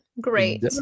Great